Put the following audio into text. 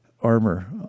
armor